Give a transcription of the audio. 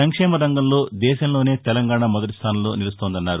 సంక్షేమ రంగంలో దేశంలోనే తెలంగాణ మొదటీ స్థానంలో నిలుస్తోందన్నారు